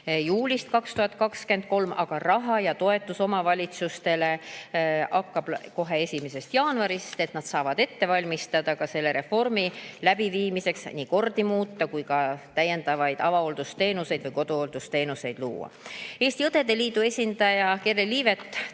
juulist 2023, aga raha ja toetus omavalitsustele hakkab kohe 1. jaanuarist ja nad saavad ette valmistada ka reformi – nii kordi muuta kui ka täiendavaid avahooldusteenuseid või koduhooldusteenuseid luua. Eesti Õdede Liidu esindaja Gerli Liivet